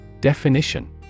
Definition